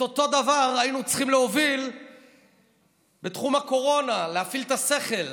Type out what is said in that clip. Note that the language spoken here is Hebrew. את אותו דבר היינו צריכים להוביל בתחום הקורונה: להפעיל את השכל,